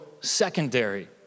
secondary